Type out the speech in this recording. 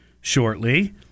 shortly